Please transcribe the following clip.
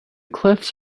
cliffs